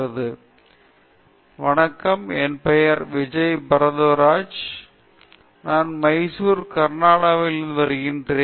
விஜய் பரத்வாஜ் வணக்கம் என் பெயர் விஜய் பாரத்வாஜ் நான் மைசூர் கர்நாடகாவில் இருந்து வருகிறேன்